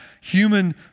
human